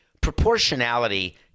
Proportionality